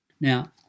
Now